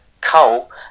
coal